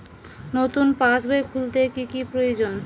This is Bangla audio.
নতুন পাশবই খুলতে কি কি প্রয়োজন?